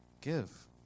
Give